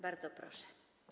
Bardzo proszę.